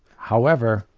however,